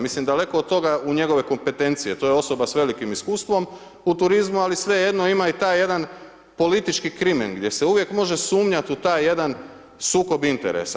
Mislim daleko od toga u njegove kompetencije to je osoba s velikim iskustvom u turizmu, ali svejedno ima i taj jedan politički krimen, gdje se uvijek može sumnjati u taj jedan sukob interesa.